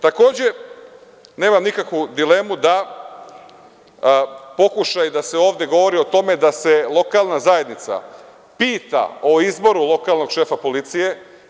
Takođe, nemam nikakvu dilemu da pokušaj da se ovde govori o tome da se lokalna zajednica pita o izboru lokalnog šefa policije.